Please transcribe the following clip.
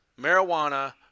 marijuana